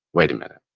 wait a minute.